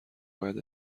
باید